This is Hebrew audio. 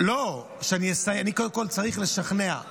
אני קודם כול צריך לשכנע.